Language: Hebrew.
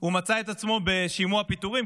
הוא מצא את עצמו בשימוע פיטורים,